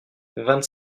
vingt